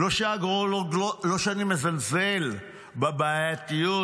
לא שאני מזלזל בבעייתיות